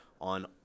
on